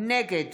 נגד